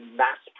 mass